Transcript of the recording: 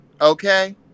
Okay